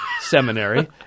Seminary